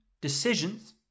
decisions